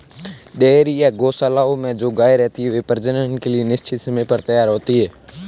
dairy या गोशालाओं में जो गायें रहती हैं, वे प्रजनन के लिए निश्चित समय पर तैयार होती हैं